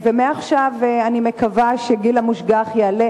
אני מקווה שמעכשיו גיל המושגח יעלה